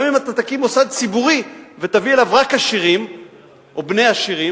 גם אם אתה תקים מוסד ציבורי ותביא אליו רק עשירים או בני עשירים,